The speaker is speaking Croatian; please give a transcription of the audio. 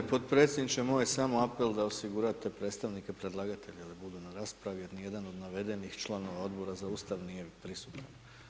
g. Potpredsjedniče, moj samo apel da osigurate predstavnike predlagatelja da budu na raspravi jer nijedan od navedenih članova Odbora za Ustav nije prisutan.